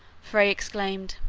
frey exclaimed